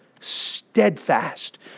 steadfast